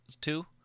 Two